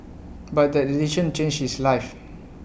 but that decision changed his life